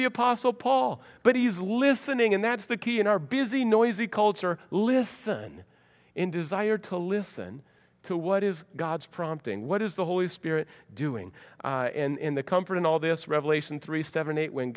the apostle paul but he's listening and that's the key in our busy noisy culture listen in desire to listen to what is god's prompting what is the holy spirit doing in the comfort in all this revelation three seven eight when